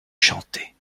chanter